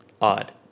Odd